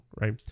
right